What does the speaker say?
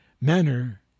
manner